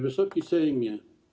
Wysoki Sejmie!